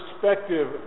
perspective